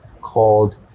called